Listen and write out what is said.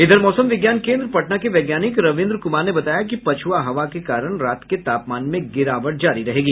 इधर मौसम विज्ञान केन्द्र पटना के वैज्ञानिक रविन्द्र कुमार ने बताया कि पछुआ हवा के कारण रात के तापमान में गिरावट जारी रहेगी